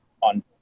on